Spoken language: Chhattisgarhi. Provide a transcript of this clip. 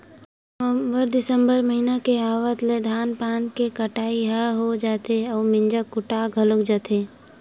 नवंबर, दिंसबर, जनवरी महिना के आवत ले धान पान के कटई ह हो जाथे अउ मिंजा कुटा घलोक जाथे